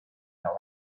our